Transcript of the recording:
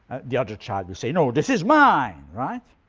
the other child will say, no, this is mine. right?